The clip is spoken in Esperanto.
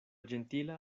ĝentila